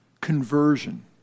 conversion